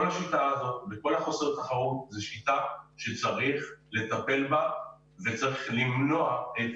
כל השיטה הזאת זו שיטה שצריך לטפל בה וצריך למנוע את